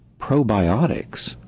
probiotics